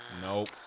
Nope